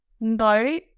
no